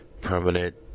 permanent